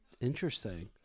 Interesting